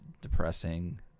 depressing